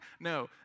No